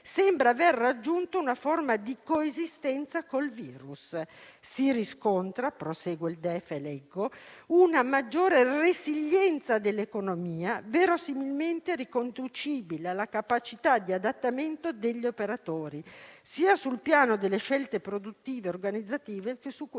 sembra aver raggiunto una forma di coesistenza col virus». «Si riscontra - prosegue il DEF - una maggiore resilienza dell'economia, verosimilmente riconducibile anche alla capacità di adattamento degli operatori, sia sul piano delle scelte produttive e organizzative che su quello